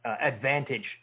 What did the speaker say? advantage